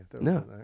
No